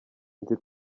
nzi